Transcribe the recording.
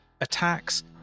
attacks